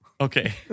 Okay